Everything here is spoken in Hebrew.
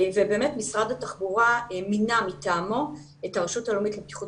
ובאמת משרד התחבורה מינה מטעמו את הרשות הלאומית לבטיחות